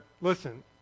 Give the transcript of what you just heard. listen